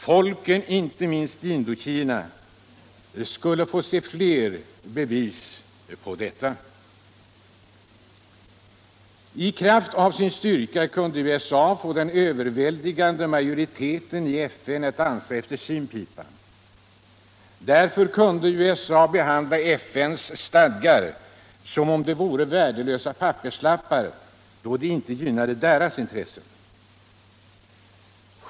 Folken inte minst i Indokina skulle få se fler bevis på detta. I kraft av denna sin styrka kunde USA få den överväldigande majoriteten i FN att dansa efter sin pipa. Därför kunde USA behandla FN:s stadgar som om de vore värdelösa papperslappar då de inte gynnade amerikanska intressen.